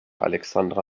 alexandra